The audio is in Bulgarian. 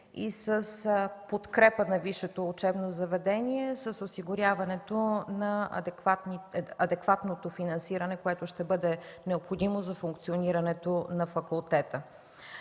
и с подкрепа на висшето учебно заведение с осигуряването на адекватно финансиране, което ще бъде необходимо за функционирането на факултета.